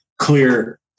clear